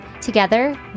Together